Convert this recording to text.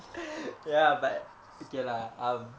ya but okay lah um